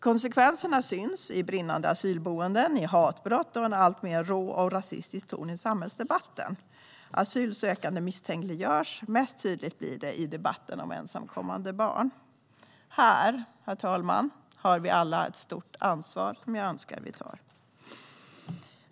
Konsekvenserna syns i brinnande asylboenden, i hatbrott och i en alltmer rå och rasistisk ton i samhällsdebatten. Asylsökande misstänkliggörs, och mest tydligt blir det i debatten om ensamkommande barn. När det gäller detta, herr talman, har vi alla ett stort ansvar som jag önskar att vi tar.